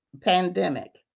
Pandemic